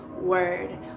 word